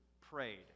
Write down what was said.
prayed